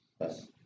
Yes